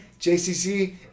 JCC